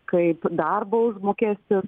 kaip darbo užmokestis